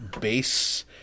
base